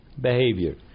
behavior